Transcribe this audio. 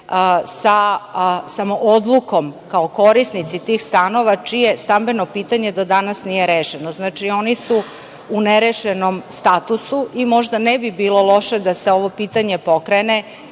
samo odlukom kao korisnici tih stanova, čije stambeno pitanje do danas nije rešeno. Znači, oni su u nerešenom statusu i možda ne bi bilo loše da se ovo pitanje pokrene